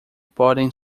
podem